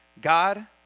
God